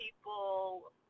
people